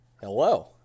Hello